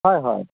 হয় হয়